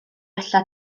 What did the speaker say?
wella